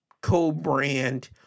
co-brand